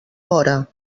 vora